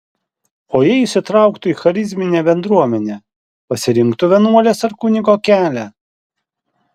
o jei įsitrauktų į charizminę bendruomenę pasirinktų vienuolės ar kunigo kelią